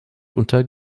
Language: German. unter